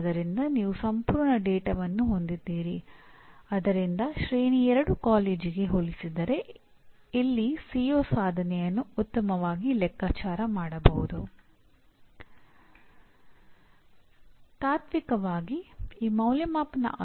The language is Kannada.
ಆದ್ದರಿಂದ ಯಾವುದೇ ಸಮಯದಲ್ಲಿ ಅವರಲ್ಲಿ ಅಸ್ಪಷ್ಟತೆಯಿರಲ್ಲ ಮತ್ತು ಇದು ವಿದ್ಯಾರ್ಥಿಗಳಿಗೆ ಕಲಿಕೆಗೆ ಮತ್ತು ಶಿಕ್ಷಕರಿಗೆ ಬೋಧನೆಗಾಗಿ ಗಮನ ಹರಿಸಲು ಸಹಾಯಮಾಡುತ್ತದೆ